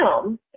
film